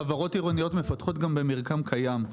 חברות עירוניות מפתחות גם במרקם קיים.